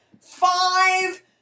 five